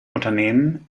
unternehmen